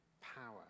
power